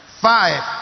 five